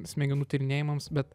smegenų tyrinėjimams bet